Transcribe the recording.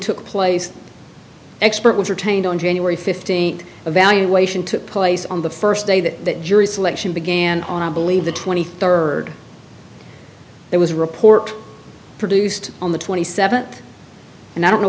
took place expert which retained on january fifteenth evaluation took place on the first day that jury selection began on i believe the twenty third there was a report produced on the twenty seventh and i don't know